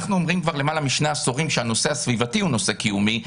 אנחנו אומרים כבר למעלה משני עשורים שהנושא הסביבתי הוא נושא קיומי,